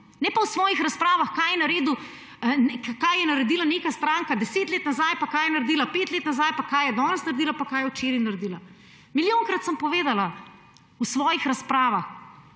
Ne pa v svojih razpravah, kaj je naredila neka stranka deset let nazaj, kaj je naredila pet let nazaj, kaj je danes naredila pa kaj je včeraj naredila. Milijonkrat sem povedala v svojih razpravah,